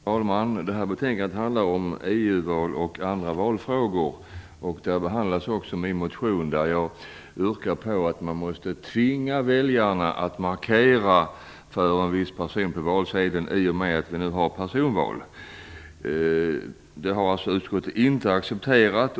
Herr talman! Detta betänkande handlar om EU-val och andra valfrågor, och där behandlas också min motion om att man måste tvinga väljarna att markera för en viss person på valsedeln i och med att vi nu har personval. Detta har utskottet inte accepterat.